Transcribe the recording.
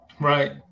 right